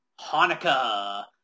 Hanukkah